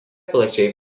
plačiai